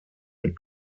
mit